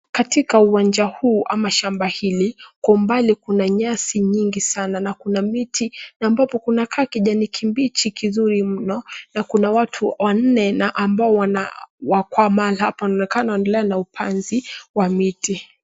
Katika uwanja huu ama shamba hili kwa umbali kuna nyasi nyingi sana na kuna miti na ambapo kunakaa kijani kibichi kizuri mno na kuna watu wanne na ambao wanakwama hapo inaonekana wanaendelea na upanzi wa miti.